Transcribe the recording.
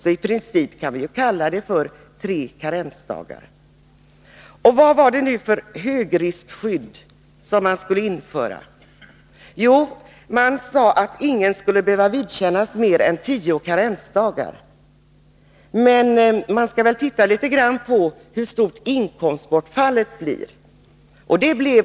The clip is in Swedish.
I princip kan vi säga tre karensdagar — insjuknandedagen och två karensdagar. Vad var det för högriskskydd som man skulle införa? Jo, man sade att ingen skulle behöva vidkännas mer än tio karensdagar. Man skall väl se litet på hur stort inkomstbortfallet blir.